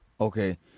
okay